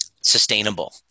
sustainable